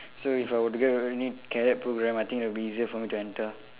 so if I were to get any cadet programme I think that it'll be easier for me to enter